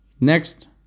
Next